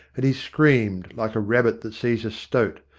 and he screamed, like a rabbit that sees a stoat.